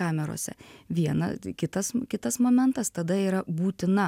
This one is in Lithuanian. kamerose viena kitas kitas momentas tada yra būtina